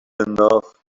انداخت